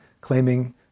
claiming